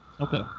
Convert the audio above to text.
Okay